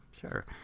Sure